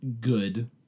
good